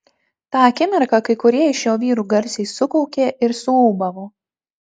tą akimirką kai kurie iš jo vyrų garsiai sukaukė ir suūbavo